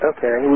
Okay